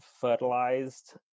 fertilized